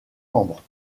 membres